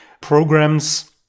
programs